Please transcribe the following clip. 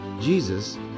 Jesus